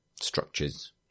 structures